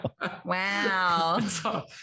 wow